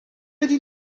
ydy